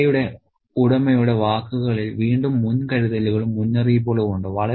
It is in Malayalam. കടയുടെ ഉടമയുടെ വാക്കുകളിൽ വീണ്ടും മുൻകരുതലുകളും മുന്നറിയിപ്പുകളും ഉണ്ട്